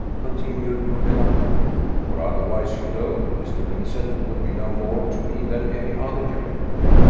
continued lord delacour for otherwise, you know, mr. vincent would be no more to me than any other gentleman.